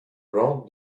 round